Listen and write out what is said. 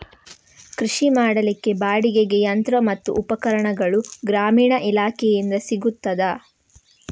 ಕೃಷಿ ಮಾಡಲಿಕ್ಕೆ ಬಾಡಿಗೆಗೆ ಯಂತ್ರ ಮತ್ತು ಉಪಕರಣಗಳು ಗ್ರಾಮೀಣ ಇಲಾಖೆಯಿಂದ ಸಿಗುತ್ತದಾ?